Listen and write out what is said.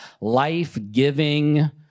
life-giving